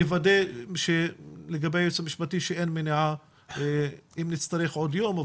נוודא מול הייעוץ המשפטי שאין מניעה אם נצטרך עוד יום.